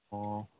ꯑꯣ